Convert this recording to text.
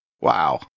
Wow